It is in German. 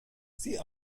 sie